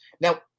now